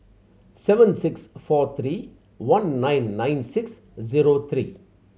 seven six four three one nine nine six zero three